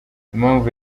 impamvu